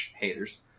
Haters